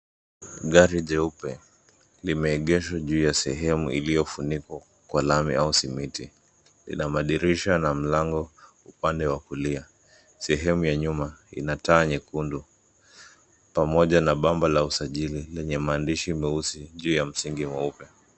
Gari jeupe, limeegeshwa juu ya sehemu iliyofunikwa kwa lami au simiti. Lina madirisha na mlango upande wa kulia. Sehemu ya nyuma, ina taa nyekundu pamoja na bamba la usajili lenye maandishi mweusi juu ya msingi mweupe